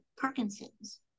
Parkinson's